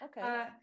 okay